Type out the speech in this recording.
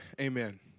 Amen